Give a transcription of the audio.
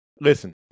Listen